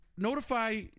notify